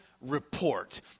report